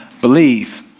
believe